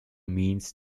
means